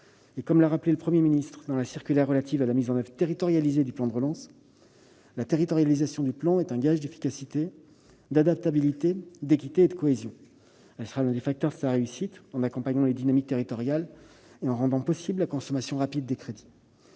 Comme l'a rappelé le Premier ministre dans la circulaire relative à la mise en oeuvre territorialisée du plan de relance :« La territorialisation du plan de relance est un gage d'efficacité, d'adaptabilité, d'équité et de cohésion. Elle sera l'un des facteurs de sa réussite, en accompagnant les dynamiques territoriales et en rendant possible la consommation rapide des crédits.